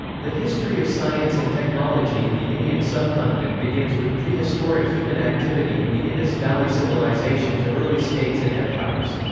the history of science and technology in the indian subcontinent begins with prehistoric human activity in the indus valley civilization to early states and empires.